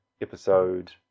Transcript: episode